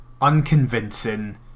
unconvincing